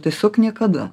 tiesiog niekada